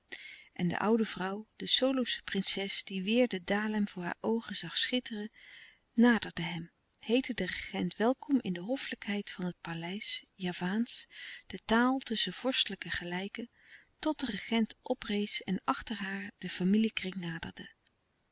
en de oude vrouw de solosche prinses die weêr de dalem voor haar oogen zag schitteren naderde hem heette den regent welkom in de hoffelijkheid van het paleis javaansch de taal tusschen vorstelijke gelijken tot de regent oprees en achter haar den familiekring naderde